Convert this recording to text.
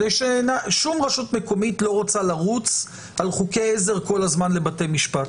שום רשות מקומית לא רוצה לרוץ על חוקי עזר כל הזמן לבתי משפט.